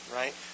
right